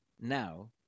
now